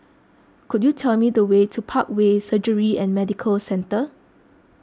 could you tell me the way to Parkway Surgery and Medical Centre